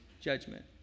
judgment